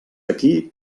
aquí